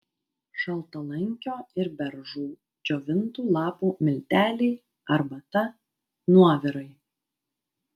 šaltalankio ir beržų džiovintų lapų milteliai arbata nuovirai